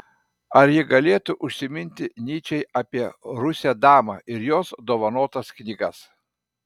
ar ji galėtų užsiminti nyčei apie rusę damą ir jos dovanotas knygas